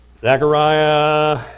Zechariah